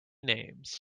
names